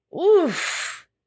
Oof